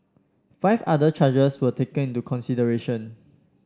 five other charges were taken into consideration